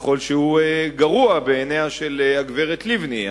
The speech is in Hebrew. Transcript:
ככל שהוא גרוע בעיניה של הגברת לבני.